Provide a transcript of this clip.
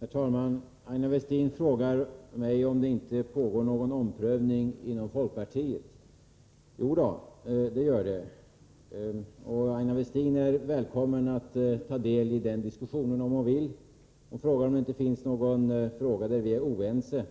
Herr talman! Aina Westin frågade mig om det inte pågår någon omprövning inom folkpartiet. Jodå, det gör det. Aina Westin är välkommen att ta del i den diskussionen om hon vill. Hon frågade också om det inte finns någon fråga, där vi är oense.